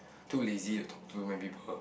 too lazy to talk many people